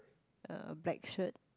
uh black shirt